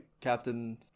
captain